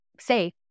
say